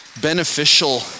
beneficial